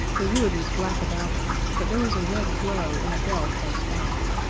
the wood was black about him, but there was a red glow in a dell close by.